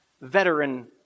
veteran